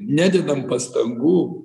nededam pastangų